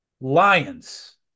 Lions